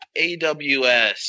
aws